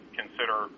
consider